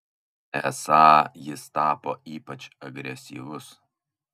esą jis tapo ypač agresyvus